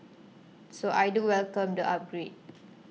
so I do welcome the upgrade